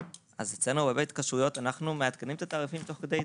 אז אצלנו בהרבה התקשרויות אנחנו מעדכנים את התעריפים תוך כדי התקשרות.